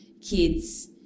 kids